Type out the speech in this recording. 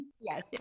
Yes